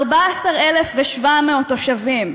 14,700 תושבים.